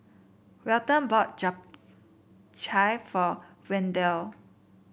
Welton bought Japchae for Wendell